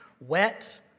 wet